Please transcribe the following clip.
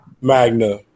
Magna